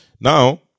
Now